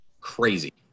Crazy